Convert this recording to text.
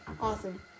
Awesome